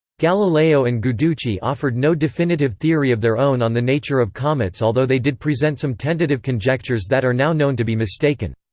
galileo and guiducci offered no definitive theory of their own on the nature of comets although they did present some tentative conjectures that are now known to be mistaken.